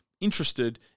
interested